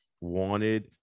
wanted